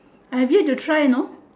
I've yet to try you know